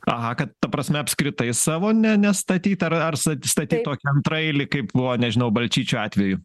aha kad ta prasme apskritai savo ne nestatyt ar s statyt tokį antraeilį kaip buvo nežinau balčyčio atveju